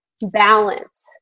balance